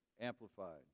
Amplified